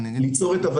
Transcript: אני מצטער שאני אומר,